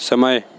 समय